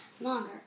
longer